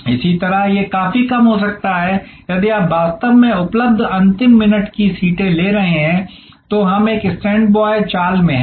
इसी तरह यह काफी कम हो सकता है यदि आप वास्तव में उपलब्ध अंतिम मिनट की सीटें ले रहे हैं तो हम एक स्टैंडबाय चाल में हैं